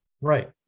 Right